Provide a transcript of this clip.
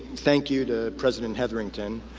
thank you to president hetherington.